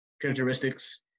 characteristics